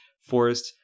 Forest